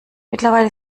mittlerweile